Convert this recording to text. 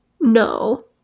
No